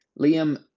Liam